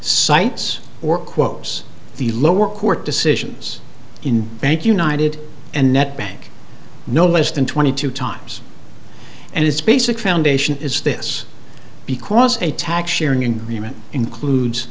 cites or quotes the lower court decisions in bank united and net bank no less than twenty two times and its basic foundation is this because a tax sharing agreement includes